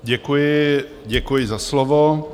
Děkuji, děkuji za slovo.